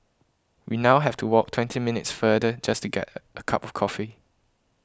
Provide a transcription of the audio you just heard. we now have to walk twenty minutes further just to get a a cup of coffee